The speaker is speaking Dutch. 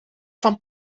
van